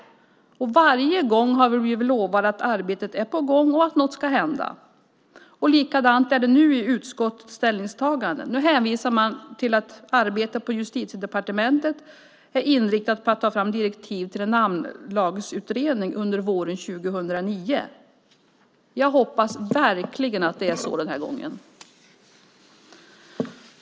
Och varje gång har vi blivit lovade att arbetet är på gång och att något ska hända. Likadant är det nu i utskottets ställningstagande. Nu hänvisar man till att arbetet på Justitiedepartementet är inriktat på att ta fram direktiv till en namnlagsutredning under våren 2009. Jag hoppas verkligen att det blir så den här gången.